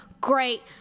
great